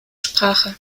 sprache